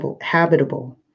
habitable